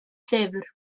llyfr